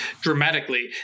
dramatically